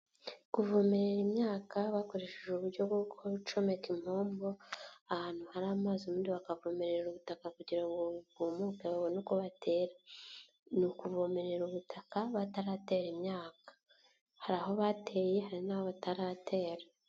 Kuvomerera imyaka bakoresheje uburyo bwo gucomeka impombo ahantu hari amazi, ubundi bakavomerera ubutaka kugira ngo bwumuke babone uko batera, ni ukuvomerera ubutaka bataratera imyaka, hari aho bateye, hari n'aho bataratera.